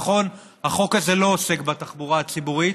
נכון, החוק הזה לא עוסק בתחבורה הציבורית,